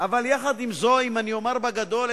לסדר-היום גם בעקבות כתבה